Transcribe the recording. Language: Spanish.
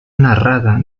narrada